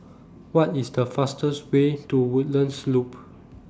What IS The fastest Way to Woodlands Loop